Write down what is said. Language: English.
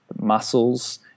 muscles